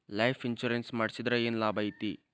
Life insurance ಮಾಡ್ಸಿದ್ರ ಏನ್ ಲಾಭೈತಿ?